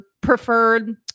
preferred